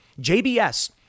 JBS